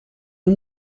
اون